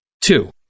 Two